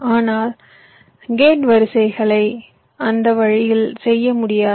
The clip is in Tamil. ஆனால் கேட் வரிசைகளை அந்த வழியில் செய்ய முடியாது